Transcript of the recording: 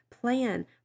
plan